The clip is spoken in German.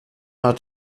hat